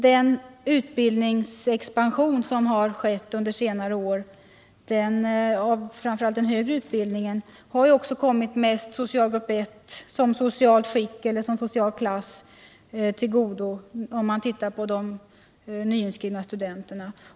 Den utbildningsexpansion som har ägt rum under senare år — framför allt inom den högre utbildningen — har också kommit socialgrupp 1 som socialt skikt till godo. Detta framgår när man studerar sammansättningen av gruppen nyinskrivna studenter.